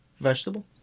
Vegetable